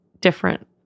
different